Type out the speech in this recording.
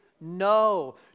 No